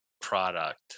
product